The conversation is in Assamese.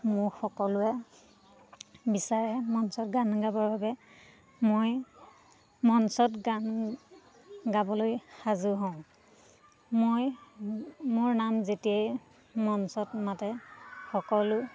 মোৰ সকলোৱে বিচাৰে মঞ্চত গান গাবৰ বাবে মই মঞ্চত গান গাবলৈ সাজু হওঁ মই মোৰ নাম যেতিয়াই মঞ্চত মাতে সকলো